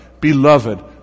Beloved